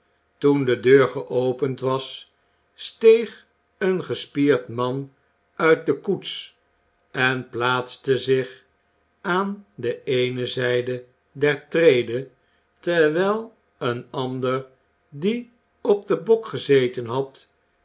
toen de deur geopend was steeg een gespierd man uit de koets en plaatste zich aan de eene zijde der trede terwijl een ander die op den bok gezeten had